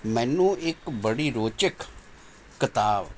ਮੈਨੂੁੰ ਇੱਕ ਬੜੀ ਰੌਚਕ ਕਿਤਾਬ